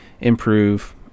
improve